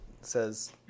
says